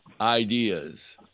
ideas